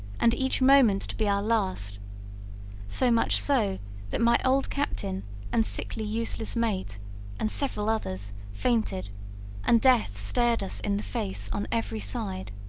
and each moment to be our last so much so that my old captain and sickly useless mate and several others, fainted and death stared us in the face on every side.